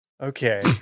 Okay